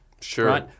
Sure